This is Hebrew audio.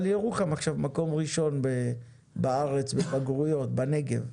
אבל ירוחם עכשיו מקום ראשון בארץ בבגרויות בנגב,